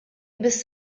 bis